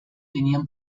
tenían